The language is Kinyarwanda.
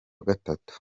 gatatu